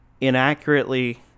inaccurately